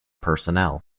personnel